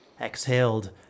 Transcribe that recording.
exhaled